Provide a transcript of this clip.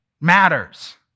matters